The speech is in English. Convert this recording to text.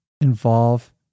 involve